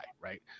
right